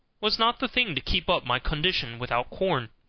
was not the thing to keep up my condition without corn.